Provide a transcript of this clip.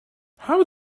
how